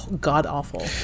god-awful